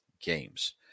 games